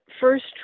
first